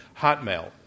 Hotmail